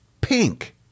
pink